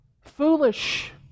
Foolish